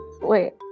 Wait